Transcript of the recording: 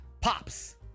Pops